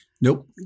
Nope